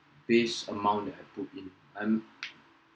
base amount that I put in um